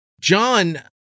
John